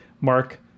Mark